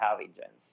intelligence